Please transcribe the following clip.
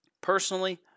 Personally